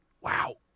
wow